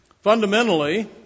Fundamentally